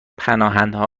پناهندهها